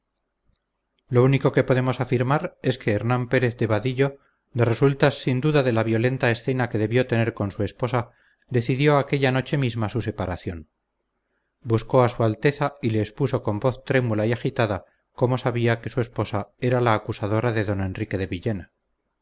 lo único que podremos afirmar es que hernán pérez de vadillo de resultas sin duda de la violenta escena que debió tener con su esposa decidió aquella noche misma su separación buscó a su alteza y le expuso con voz trémula y agitada cómo sabía que su esposa era la acusadora de don enrique de villena